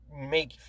make